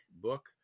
book